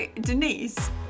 denise